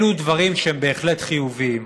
אלו דברים שהם בהחלט חיוביים.